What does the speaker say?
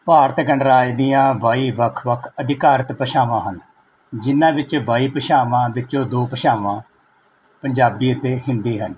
ਭਾਰਤ ਗਣਰਾਜ ਦੀਆਂ ਬਾਈ ਵੱਖ ਵੱਖ ਅਧਿਕਾਰਤ ਭਾਸ਼ਾਵਾਂ ਹਨ ਜਿਹਨਾਂ ਵਿੱਚ ਬਾਈ ਭਾਸ਼ਾਵਾਂ ਵਿੱਚੋਂ ਦੋ ਭਾਸ਼ਾਵਾਂ ਪੰਜਾਬੀ ਅਤੇ ਹਿੰਦੀ ਹਨ